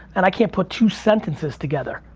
and i can't put two sentences together,